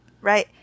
right